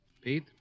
Pete